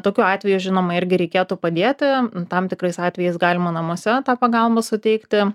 tokiu atveju žinoma irgi reikėtų padėti tam tikrais atvejais galima namuose tą pagalbą suteikti